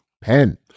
Pen